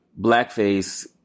blackface